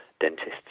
dentists